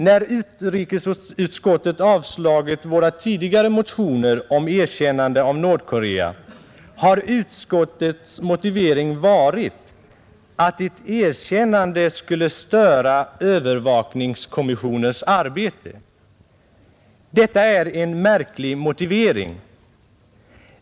När utrikesutskottet avstyrkt våra tidigare motioner om erkännande av Nordkorea har utskottets motivering varit att ett erkännande ”skulle störa övervakningskommissionens arbete”. Detta är en märklig motivering.